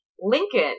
Lincoln